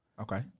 Okay